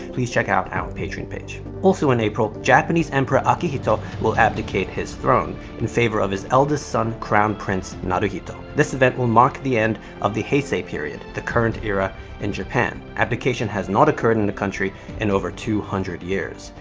please check out our patreon page. also in april, japanese emperor akihito will abdicate his throne in favor of his eldest son, crown prince naruhito. this event will mark the end of the heisei period, the current era in japan. abdication has not occurred in in the country in over two hundred years.